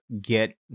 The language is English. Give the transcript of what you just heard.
get